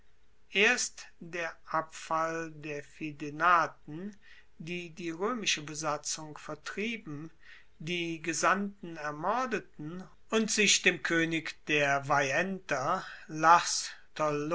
erst der abfall der fidenaten die die roemische besatzung vertrieben die gesandten ermordeten und sich dem koenig der